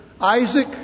Isaac